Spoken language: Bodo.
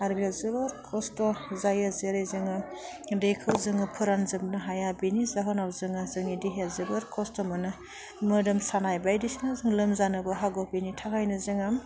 आरो बेयाव जोबोर खस्थ' जायो जेरै जोङो दैखौ जोङो फोरानजोबनो हाया बिनि जाहोनाव जोङो जोंनि देहायाव जोबोर खस्थ' मोनो मोदोम सानाय बायदिसिना जों लोमजानोबो हागौ बिनि थाखायनो जोङो